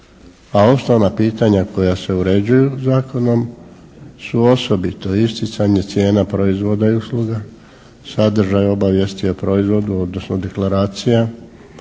a osnovna pitanja koja se uređuju zakonom su osobito isticanje cijena proizvoda i usluga, sadržaja, obavijesti i proizvodu, odnosno deklaracija,